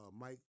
Mike